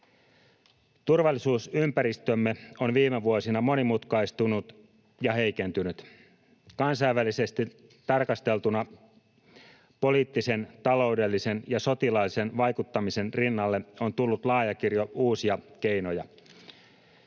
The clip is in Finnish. Turvallisuusympäristömme on viime vuosina monimutkaistunut ja heikentynyt. Kansainvälisesti tarkasteltuna poliittisen, taloudellisen ja sotilaallisen vaikuttamisen rinnalle on tullut laaja kirjo uusia keinoja.